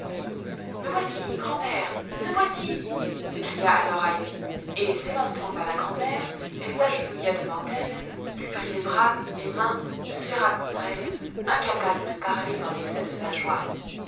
me voici grand'mère me voici s'écria alors heidi et s'élançant vers la grand'mère elle s'agenouilla devant elle lui prit les bras les mains se serra contre elle incapable de parler dans l'excès de sa joie